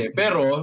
pero